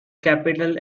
capital